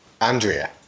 Andrea